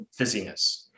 fizziness